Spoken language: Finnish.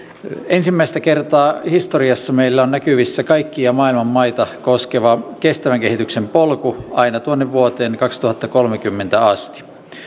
ensimmäistä kertaa historiassa meillä on näkyvissä kaikkia maailman maita koskeva kestävän kehityksen polku aina tuonne vuoteen kaksituhattakolmekymmentä asti